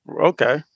Okay